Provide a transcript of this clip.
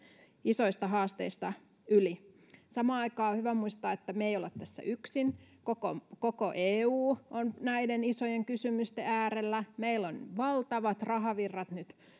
isoista haasteista yli samaan aikaan on hyvä muistaa että me emme ole tässä yksin koko koko eu on näiden isojen kysymysten äärellä meillä ovat valtavat rahavirrat nyt